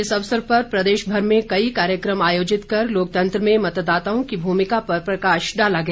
इस अवसर पर प्रदेशभर में कई कार्यक्रम आयोजित कर लोकतंत्र में मतदाताओं की भूमिका पर प्रकाश डाला गया